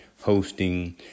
hosting